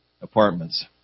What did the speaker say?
Apartments